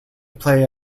play